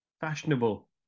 fashionable